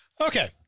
Okay